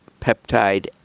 peptide